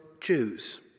Jews